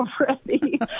already